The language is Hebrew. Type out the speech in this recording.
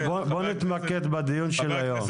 אני מתנגד גם --- בואו נתמקד בדיון של היום.